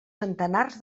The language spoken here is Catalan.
centenars